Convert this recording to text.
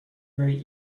very